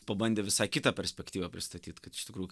pabandė visai kitą perspektyvą pristatyt kad iš tikrųjų